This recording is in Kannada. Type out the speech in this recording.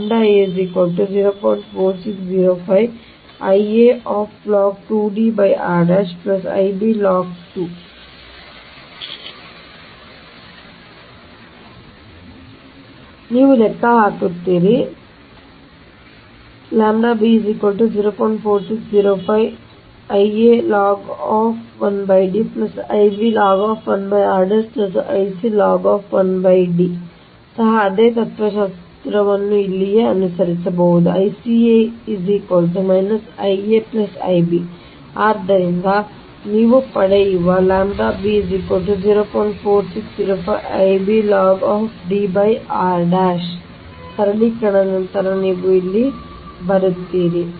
ಅಂತೆಯೇ ನೀವು ಲೆಕ್ಕ ಹಾಕುತ್ತೀರಿ ಇಲ್ಲಿಯೂ ಸಹ ಅದೇ ತತ್ತ್ವಶಾಸ್ತ್ರವನ್ನು ಇಲ್ಲಿಯೇ ಅನುಸರಿಸಿ Ic Ia Ib ಆದ್ದರಿಂದ ನೀವು ಪಡೆಯುವ ಸರಳೀಕರಣದ ನಂತರ ನೀವು ಇಲ್ಲಿಗೆ ಬರುತ್ತೀರಿ